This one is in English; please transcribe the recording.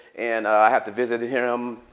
and i have to visit him.